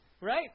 right